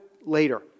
later